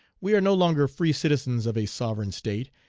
we are no longer free citizens of a sovereign state,